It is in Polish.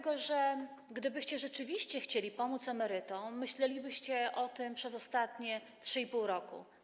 Gdybyście rzeczywiście chcieli pomóc emerytom, myślelibyście o tym przez ostatnie 3,5 roku.